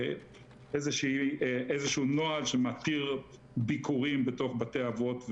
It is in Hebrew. איזשהו נוהל שמתיר ביקורים בתוך בתי-אבות,